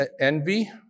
envy